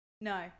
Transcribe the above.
No